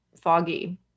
foggy